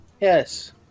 Yes